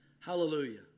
Hallelujah